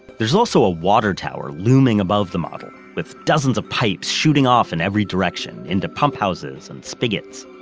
there's also a water tower looming above the model with dozens of pipes shooting off in every direction into pump houses and spigots.